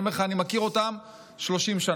אני אומר לך, אני מכיר אותם 30 שנה,